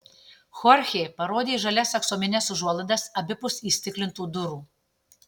chorchė parodė į žalias aksomines užuolaidas abipus įstiklintų durų